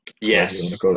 Yes